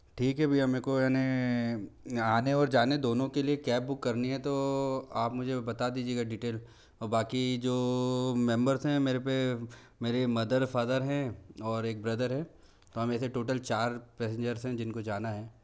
ठीक है भय्या मेको यानी आने और जाने दोनों के लिए कैब बुक करनी है तो आप मुझे बता दीजिएगा डिटेल ओ बाकी जो मेम्बर्स हैं मेरे पे मेरे मदर फ़ादर हैं और एक ब्रदर है तो हम ऐसे टोटल चार पैसेंजर्स हैं जिनको जाना है